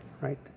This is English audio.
right